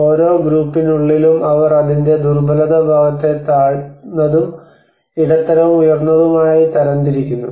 ഓരോ ഗ്രൂപ്പിനുള്ളിലും അവർ അതിന്റെ ദുർബല ഭാഗത്തെ താഴ്ന്നതും ഇടത്തരവും ഉയർന്നതുമായി തരംതിരിക്കുന്നു